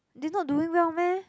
they not doing well meh